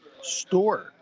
store